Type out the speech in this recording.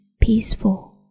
peaceful